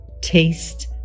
Taste